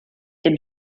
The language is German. dem